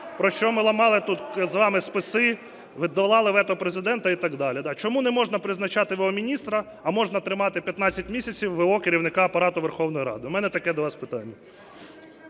про що ми мали тут з вами списи, долали вето Президента і так далі. Чому не можна призначати в.о. міністра, а можна тримати 15 місяців в.о. Керівника Апарату Верховної Ради? У мене таке до вас питання.